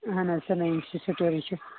اہن حظ سَر نعیٖم سُند سٹورٕے چھُ